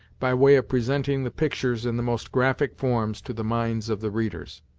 by way of presenting the pictures in the most graphic forms to the minds of the readers.